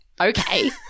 okay